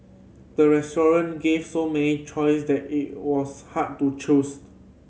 the restaurant gave so many choice that it was hard to choose